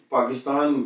Pakistan